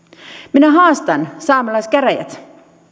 minä haastan saamelaiskäräjät